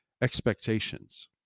expectations